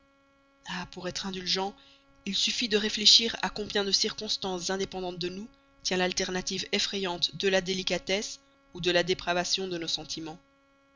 ah pour être indulgent il suffit de réfléchir à combien de circonstances indépendantes de nous tient l'alternative effrayante de la délicatesse ou de la dépravation de nos sentiments